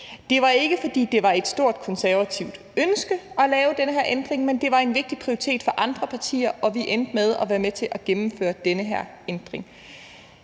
Det var ikke, fordi det var et stort konservativt ønske at lave den her ændring, men det var en vigtig prioritet for andre partier, og vi endte med at være med til at gennemføre den her ændring.